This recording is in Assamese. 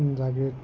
জাগৃত